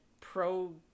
pro